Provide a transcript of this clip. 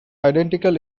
identical